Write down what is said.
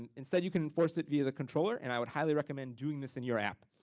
and instead you can force it via the controller, and i would highly recommend doing this in your app.